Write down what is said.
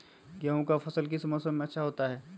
गेंहू का फसल किस मौसम में अच्छा होता है?